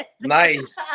Nice